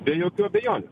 be jokių abejonių